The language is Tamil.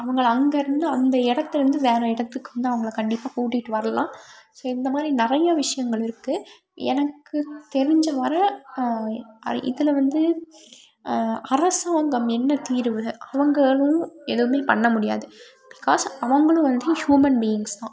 அவங்களை அங்கிருந்து அந்த இடத்துலேருந்து வேறு இடத்துக்கு வந்து அவங்களை கண்டிப்பாக கூட்டிகிட்டு வரலாம் ஸோ இந்த மாதிரி நிறையா விஷயங்கள் இருக்குது எனக்கு தெரிஞ்ச வரை இதில் வந்து அரசு வங்கம் என்ன தீர்வு அவர்களும் எதுவுமே பண்ணமுடியாது பிகாஸ் அவர்களும் வந்து ஹுமன் பீயிங்ஸ் தான்